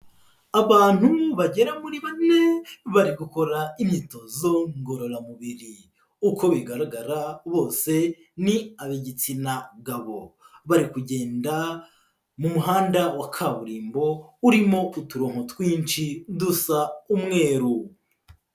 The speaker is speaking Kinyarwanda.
Abantu bagera muri bane, bari gukora imyitozo ngororamubiri, uko bigaragara bose ni ab'igitsina gabo. Bari kugenda mu muhanda wa kaburimbo urimo uturonko twinshi dusa umweru.